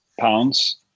pounds